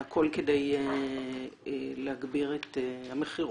הכול כדי להגביר את המכירות,